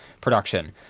production